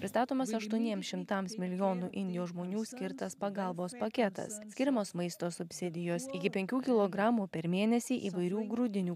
pristatomas aštuoniems šimtams milijonų indijos žmonių skirtas pagalbos paketas skiriamos maisto subsidijos iki penkių kilogramų per mėnesį įvairių grūdinių